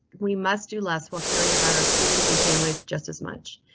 we must do less well carrying about our students and families just as much.